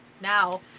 Now